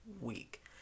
week